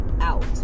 out